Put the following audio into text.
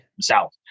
South